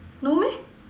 no meh